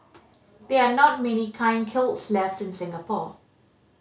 there are not many kilns left in Singapore